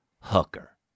Hooker